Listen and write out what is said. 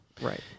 right